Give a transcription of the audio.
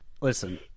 Listen